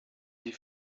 die